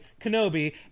Kenobi